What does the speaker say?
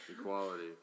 Equality